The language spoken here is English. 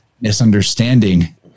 misunderstanding